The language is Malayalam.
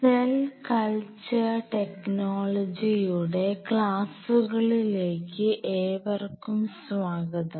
സെൽ കൾച്ചർ ടെക്നോളജിയുടെ ക്ലാസുകളിലേക്ക് ഏവർക്കും സ്വാഗതം